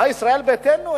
מה עם ישראל ביתנו?